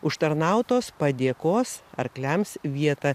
užtarnautos padėkos arkliams vietą